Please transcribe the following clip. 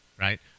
right